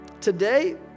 today